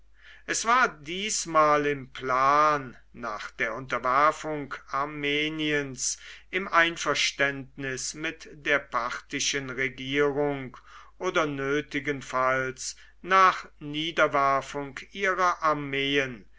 es war diesmal im plan nach der unterwerfung armeniens im einverständnis mit der parthischen regierung oder nötigenfalls nach niederwerfung ihrer armeen